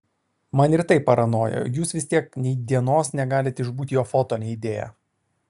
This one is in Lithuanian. man ir taip paranoja o jūs vis tiek nei dienos negalit išbūt jo foto neįdėję